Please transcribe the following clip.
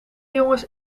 jongens